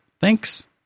Thanks